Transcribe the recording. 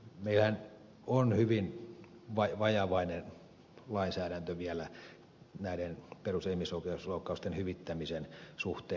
meillähän on vielä hyvin vajavainen lainsäädäntö näiden perus ja ihmisoikeusloukkausten hyvittämisen suhteen